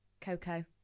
Coco